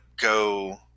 go